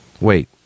Wait